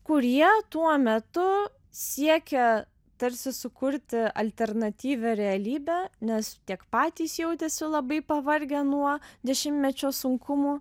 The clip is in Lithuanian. kurie tuo metu siekia tarsi sukurti alternatyvią realybę nes tiek patys jautėsi labai pavargę nuo dešimtmečio sunkumų